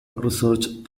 research